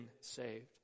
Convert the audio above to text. saved